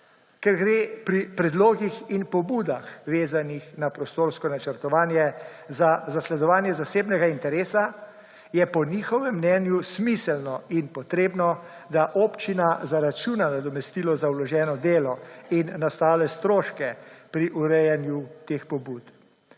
Ker gre pri predlogih in pobudah, vezanih na prostorsko načrtovanje, za zasledovanje zasebnega interesa, je po njihovem mnenju smiselno in potrebno, da občina zaračuna nadomestilo za vloženo delo in nastale stroške pri urejanju teh pobud.